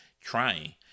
trying